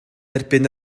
erbyn